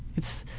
it's,